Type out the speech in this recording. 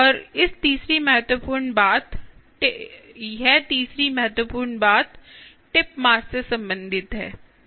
और तीसरी महत्वपूर्ण बात टिप मास से संबंधित है यह सी है